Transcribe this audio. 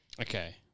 Okay